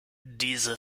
diese